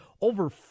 over